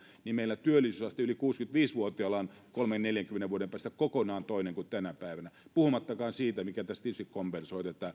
niin meillä työllisyysaste yli kuusikymmentäviisi vuotialla on kolmenkymmenen viiva neljänkymmenen vuoden päästä kokonaan toinen kuin tänä päivänä puhumattakaan siitä mikä tässä tietysti kompensoi